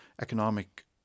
economic